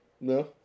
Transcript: No